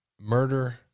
murder